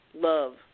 love